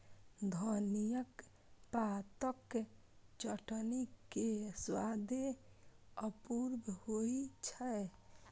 धनियाक पातक चटनी के स्वादे अपूर्व होइ छै